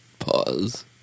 pause